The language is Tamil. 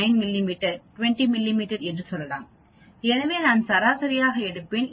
9 மிமீ 20 மிமீ என்று சொல்லலாம் எனவே நான் சராசரியாக எடுப்பேன்